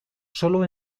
sólo